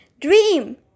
Dream